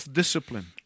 discipline